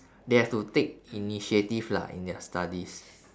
they have to take initiative lah in their studies